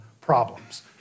problems